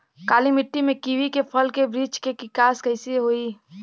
काली मिट्टी में कीवी के फल के बृछ के विकास कइसे होई?